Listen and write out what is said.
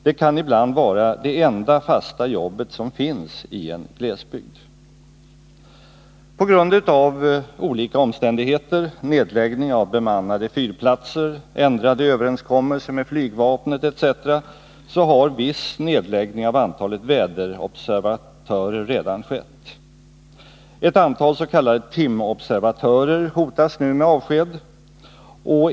Det kan ibland vara det enda fasta jobbet som finns i en glesbygd. På grund av olika omständigheter — nedläggning av bemannade fyrplatser, ändrade överenskommelser med flygvapnet etc. — har viss nedskärning av antalet väderobservatörer redan skett. Ett antal s.k. timobservatörer hotas nu med avsked.